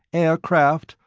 aircraft,